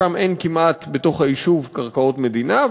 שם אין כמעט בתוך היישוב קרקעות מדינה,